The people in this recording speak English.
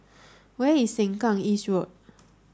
where is Sengkang East Road